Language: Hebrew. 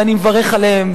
ואני מברך עליהן,